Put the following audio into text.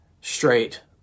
straight